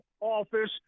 office